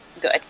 good